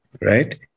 right